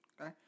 okay